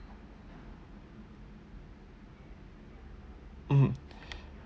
mmhmm